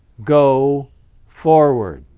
go forward.